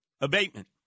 abatement